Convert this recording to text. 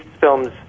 films